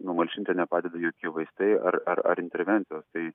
numalšinti nepadeda jokie vaistai ar ar ar intervencijos tai